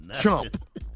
Chump